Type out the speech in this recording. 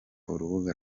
urubuga